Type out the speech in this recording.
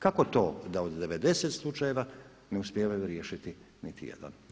Kako to da od 90 slučajeva ne uspijevaju riješiti niti jedan?